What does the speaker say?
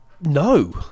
No